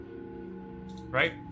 right